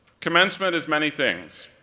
commencement is many things,